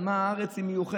במה הארץ מיוחדת,